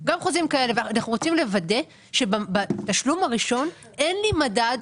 ואנחנו רוצים לוודא שבתשלום הראשון אין לי מדד,